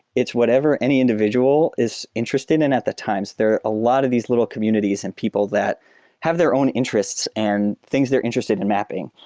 it's whatever any individual interested in at the time. there are a lot of these little communities and people that have their own interests and things they're interested in mapping.